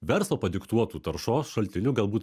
verslo padiktuotų taršos šaltiniu galbūt